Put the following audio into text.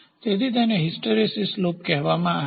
તેથી તેને hysteresis loop કહેવામાં આવે છે